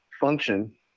function